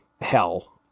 hell